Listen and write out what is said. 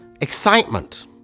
excitement